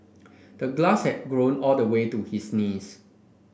the glass had grown all the way to his knees